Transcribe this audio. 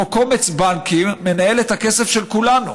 פה קומץ בנקים מנהל את הכסף של כולנו.